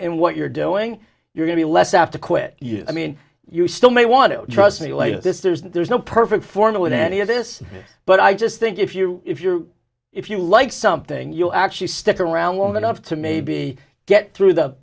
and what you're doing you're going to unless i have to quit you i mean you still may want to trust me later this there's no there's no perfect formula in any of this but i just think if you if you're if you like something you'll actually stick around long enough to maybe get through the